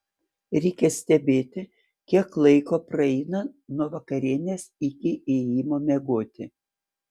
reikia stebėti kiek laiko praeina nuo vakarienės iki ėjimo miegoti